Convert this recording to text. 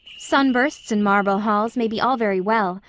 sunbursts and marble halls may be all very well,